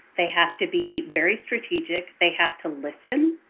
they have to be very strategic. they have to listen.